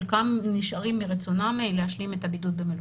חלקם נשארים מרצונם להשלים את הבידוד במלונית.